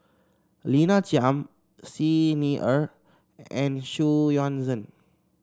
Lina Chiam Xi Ni Er and Xu Yuan Zhen